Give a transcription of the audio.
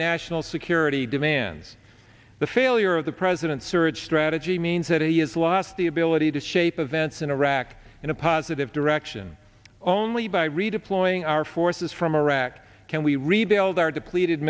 national security demands the failure of the president's surge strategy means that it has lost the ability to shape events in iraq in a positive direction only by redeploying our forces from iraq can we rebuild our depleted